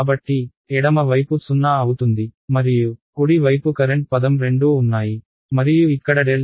కాబట్టి ఎడమ వైపు 0 అవుతుంది మరియు కుడి వైపు కరెంట్ పదం రెండూ ఉన్నాయి మరియు ఇక్కడ ∇